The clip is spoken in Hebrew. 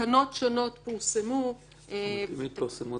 תקנות שונות פורסמו -- אם מתפרסמות